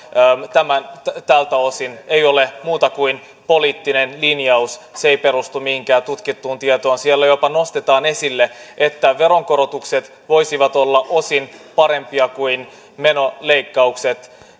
tältä osin ei ole muuta kuin poliittinen linjaus se ei perustu mihinkään tutkittuun tietoon siellä jopa nostetaan esille että veronkorotukset voisivat olla osin parempia kuin menoleikkaukset